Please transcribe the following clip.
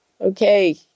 Okay